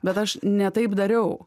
bet aš ne taip dariau